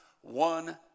one